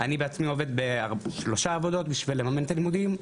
אני בעצמי עובד בשלוש עבודות בשביל לממן את הלימודים,